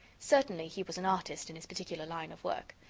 certainly, he was an artist in his particular line of work,